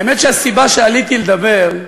האמת היא שהסיבה שעליתי לדבר,